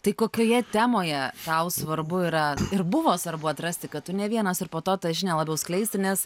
tai kokioje temoje tau svarbu yra ir buvo svarbu atrasti kad tu ne vienas ir po to tą žinią labiau skleisti nes